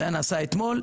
זה היה נעשה אתמול.